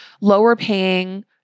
lower-paying